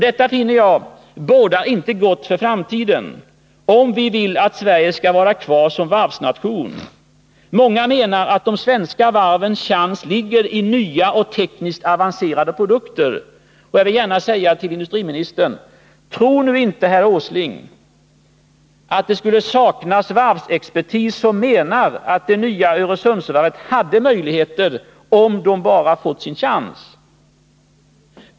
Detta bådar inte gott för framtiden — om vi vill att Sverige skall vara kvar som varvsnation. Många menar att de svenska varvens chans ligger i nya och tekniskt avancerade produkter. Tro nu inte, herr Åsling, att det saknas varvsexpertis som menar att det nya Öresundsvarvet hade möjligheter om det bara fått sin chans.